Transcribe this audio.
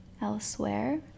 elsewhere